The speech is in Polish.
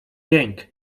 jęk